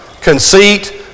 conceit